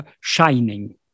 shining